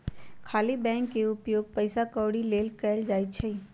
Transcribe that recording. खाली बैंक के उपयोग पइसा कौरि के लेल कएल जाइ छइ